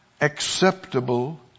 acceptable